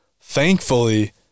Thankfully